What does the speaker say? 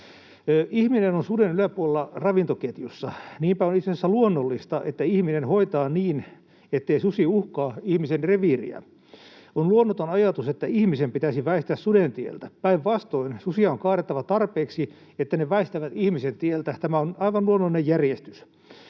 Ihminen on suden yläpuolella ravintoketjussa. Niinpä on itse asiassa luonnollista, että ihminen hoitaa niin, ettei susi uhkaa ihmisen reviiriä. On luonnoton ajatus, että ihmisen pitäisi väistää suden tieltä. Päinvastoin susia on kaadettava tarpeeksi, että ne väistävät ihmisten tieltä — tämä on aivan luonnollinen järjestys.